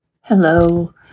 Hello